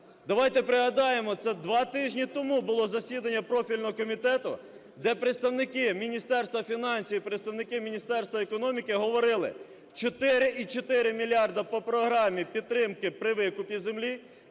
давайте пригадаємо, це два тижні тому було засідання профільного комітету, де представники Міністерства фінансів і представники Міністерства економіки говорили: 4,4 мільярда по програмі підтримки при викупі землі